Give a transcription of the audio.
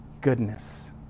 goodness